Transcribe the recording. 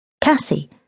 Cassie